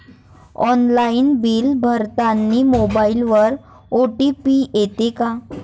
Online bill भरतानी मोबाईलवर OTP येते का?